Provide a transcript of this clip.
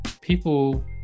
people